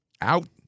out